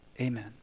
Amen